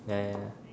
ya